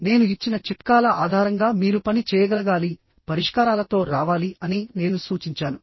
నేను ఇచ్చిన చిట్కాల ఆధారంగా మీరు పని చేయగలగాలి పరిష్కారాలతో రావాలి అని నేను సూచించాను